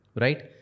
right